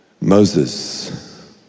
Moses